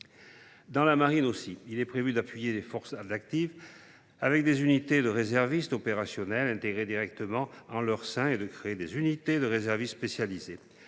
Dans la marine, il est également prévu d’appuyer les forces d’active par des unités de réservistes opérationnels présentes en leur sein et de créer des unités de réservistes spécialisées.